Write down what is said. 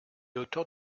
l’auteur